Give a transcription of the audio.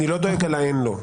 אני לא דואג על אין לו.